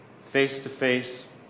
face-to-face